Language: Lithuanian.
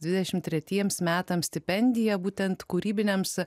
dvidešim tretiems metams stipendija būtent kūrybiniams